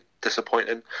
disappointing